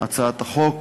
הצעת החוק